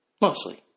mostly